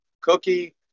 cookie